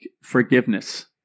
forgiveness